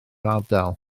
ardal